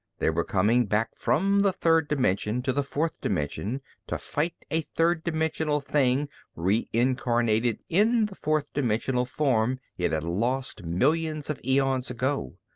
they were coming back from the third dimension to the fourth dimension to fight a third-dimensional thing reincarnated in the fourth-dimensional form it had lost millions of eons ago!